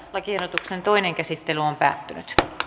lakiehdotuksen toinen käsittely päättyi